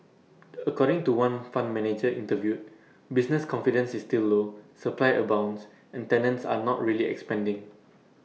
according to one fund manager interviewed business confidence is still low supply abounds and tenants are not really expanding